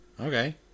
Okay